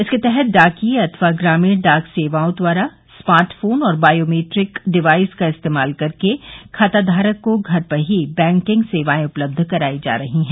इसके तहत डाकिये अथवा ग्रामीण डाक सेवकों द्वारा स्मार्ट फोन और बायोमैट्रिक डिवाइस का इस्तेमाल करके खाताधारक को घर पर ही बैंकिंग सेवाए उपलब्ध कराई जा रही है